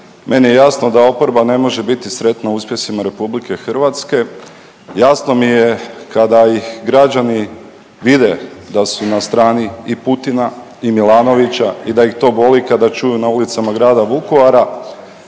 Meni je jasno da oporba ne može biti sretna uspjesima RH, jasno mi je kada ih građani vide da su na strani i Putina i Milanovića i da ih to boli kad čuju na ulicama grada Vukovara,